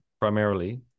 primarily